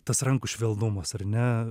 tas rankų švelnumas ar ne